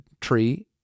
tree